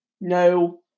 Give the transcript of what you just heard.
no